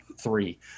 three